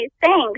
Thanks